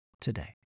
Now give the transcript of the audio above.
today